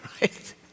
right